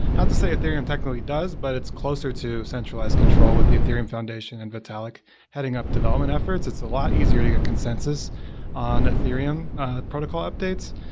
not to say ethereum technically does, but it's closer to centralized control with the ethereum foundation and vitalik heading up development efforts. it's a lot easier to consensus on ethereum protocol updates.